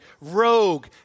Rogue